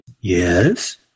Yes